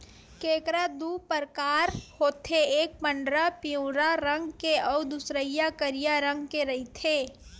केंकरा दू परकार होथे एक पंडरा पिंवरा रंग के अउ दूसरइया करिया रंग के रहिथे